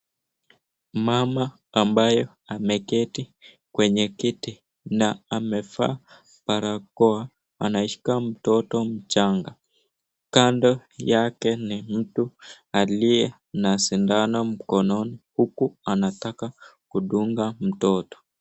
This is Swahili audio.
Mama ambaye ameketi kwenye kiti na amevaa barakoa anayeshika mtoto mchanga. Kando yake ni mtu aliye na sindano mkononi, huku anataka kudunga mtoto.